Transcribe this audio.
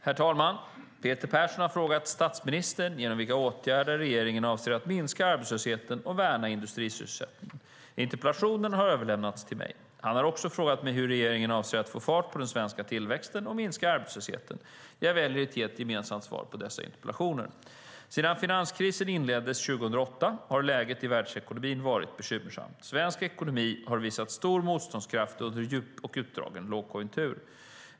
Herr talman! Peter Persson har frågat statsministern genom vilka åtgärder regeringen avser att minska arbetslösheten och värna industrisysselsättningen. Interpellationen har överlämnats till mig. Han har också frågat mig hur regeringen avser att få fart på den svenska tillväxten och minska arbetslösheten. Jag väljer att ge ett gemensamt svar på dessa interpellationer. Sedan finanskrisen inleddes 2008 har läget i världsekonomin varit bekymmersamt. Svensk ekonomi har visat stor motståndskraft under en djup och utdragen lågkonjunktur.